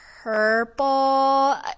Purple